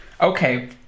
Okay